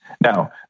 Now